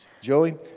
Joey